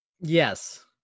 Yes